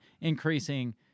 increasing